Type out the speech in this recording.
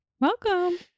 Welcome